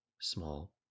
small